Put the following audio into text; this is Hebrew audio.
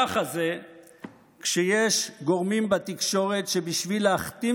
ככה זה כשיש גורמים בתקשורת שבשביל להכתים